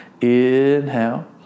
Inhale